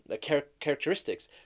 characteristics